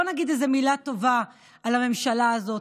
בואו נגיד איזו מילה טובה על הממשלה הזאת.